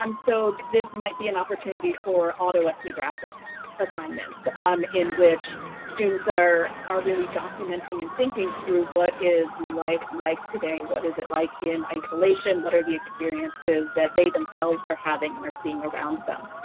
um so this might be an opportunity for autoethnographic assignments in which students are are really documenting and thinking through what is life like today? what is it like in isolation? what are the experiences that they themselves are having and are seeing around them?